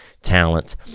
talent